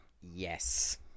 Yes